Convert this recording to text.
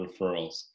referrals